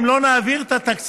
אם לא נעביר את התקציב,